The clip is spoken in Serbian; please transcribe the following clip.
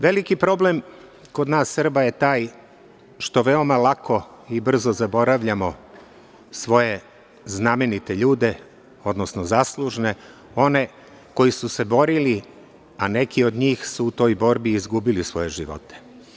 Veliki problem kod nas Srba je taj što veoma lako i brzo zaboravljamo svoje znamenite ljude, odnosno zaslužne, one koji su se borili, a neki od njih su u toj borbi izgubili svoje živote.